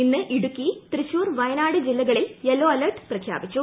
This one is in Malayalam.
ഇന്ന് ഇടുക്കി തൃശ്ശൂർ വയനാട് ജില്ലകളിൽ യെല്ലോ അലേർട്ട് പ്രഖ്യാപിച്ചു